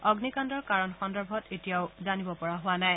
অগ্নিকাণ্ডৰ কাৰণ সন্দৰ্ভত এতিয়াও জানিব পৰা হোৱা নাই